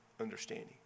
understanding